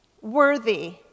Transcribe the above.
Worthy